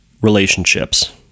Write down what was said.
relationships